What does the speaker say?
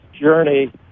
journey